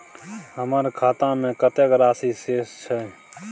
हमर खाता में कतेक राशि शेस छै?